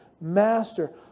master